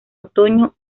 otoño